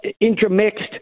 intermixed